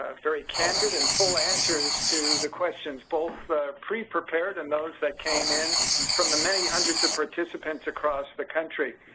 ah very candid and full answers to the questions, both pre prepared and those that came in from the many hundreds of participants across the country.